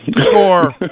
score